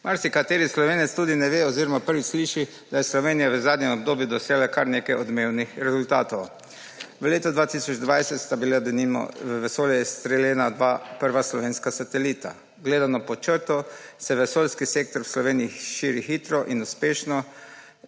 Marsikateri Slovenec tudi ne ve oziroma prvič sliši, da je Slovenija v zadnjem obdobju dosegla kar nekaj odmevnih rezultatov. V letu 2020 sta bila, denimo, v vesolje izstreljena dva prva slovenska satelita, gledano pod črto se vesoljski sektor v Sloveniji širi hitro in uspešno